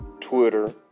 Twitter